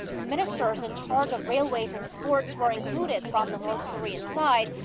ministers in charge of railways and sports were included from the north korean side.